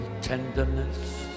tenderness